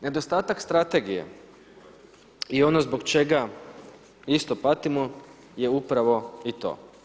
Nedostatak strategije i ono zbog čega isto patimo je upravo i to.